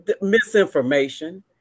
misinformation